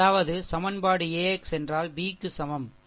அதாவது சமன்பாடு AX என்றால் B க்கு சமம் சரி